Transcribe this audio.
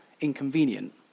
inconvenient